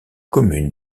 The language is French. commune